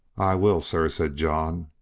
i will, sir, said john.